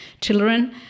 children